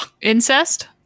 Incest